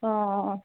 অঁ অঁ